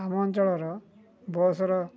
ଆମ ଅଞ୍ଚଳର ବସ୍ର